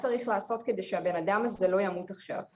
צריך לעשות על מנת שהבן אדם הזה לא ימות עכשיו.